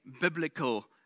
biblical